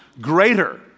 greater